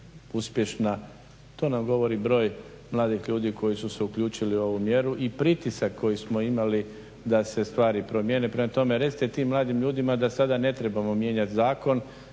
uspješna. To nam govori broj mladih ljudi koji su se uključili u ovu mjeru i pritisak koji smo imali da se stvari promjene. Prema tome, recite tim mladim ljudima da sada ne trebamo mijenjati zakon